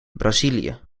brazilië